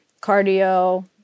cardio